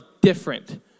different